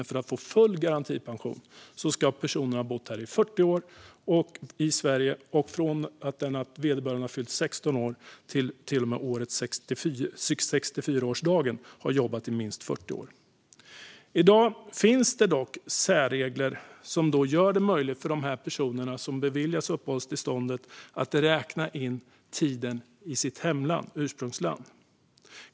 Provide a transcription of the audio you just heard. För att få full garantipension ska personen ha bott 40 år i Sverige och ha jobbat i minst 40 år från det att vederbörande fyllde 16 år till och med året för 64-årsdagen. I dag finns det dock särregler som gör det möjligt för personer som beviljas uppehållstillstånd att räkna in tiden i sitt ursprungsland.